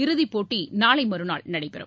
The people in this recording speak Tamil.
இறுதிப் போட்டி நாளை மறுநாள் நடைபெறும்